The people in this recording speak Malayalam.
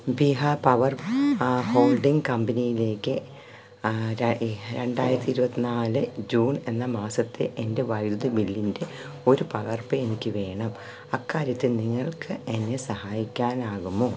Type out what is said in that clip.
ബീഹാർ പവർ ഹോൾഡിംഗ് കമ്പനിയിലേക്ക് ര രണ്ടായിരത്തി ഇരുപത്ത് നാല് ജൂൺ എന്ന മാസത്തെ എൻ്റെ വൈദ്യുതി ബില്ലിൻ്റെ ഒരു പകർപ്പ് എനിക്കു വേണം അക്കാര്യത്തിൽ നിങ്ങൾക്ക് എന്നെ സഹായിക്കാനാകുമോ